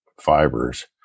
fibers